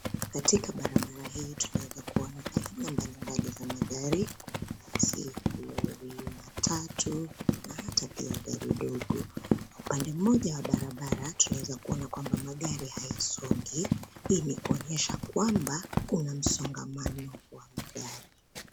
Katika barabara hii tunaweza kuwa na aina mbalimbali za magari. Kuna basi, lori, matatu na hata pia gari dogo na upande mmoja wa barabara tunaweza kuona kwamba magari haisongi. Hii ni kuonyesha kwamba kuna msongamano wa magari.